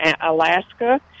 Alaska